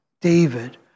David